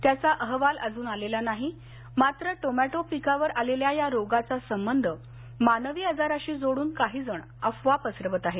त्याचा अहवाल अजून आलेला नाहे मात्र टॉमेटो पिकावर आलेल्या या रोगाचा संबंध मानवी आजाराशी जोडून काहीजण अफवा पसरवत आहेत